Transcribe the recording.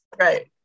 right